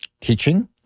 teaching